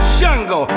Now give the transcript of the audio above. Shango